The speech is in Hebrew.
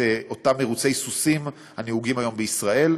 אותם מרוצי סוסים הנהוגים היום בישראל.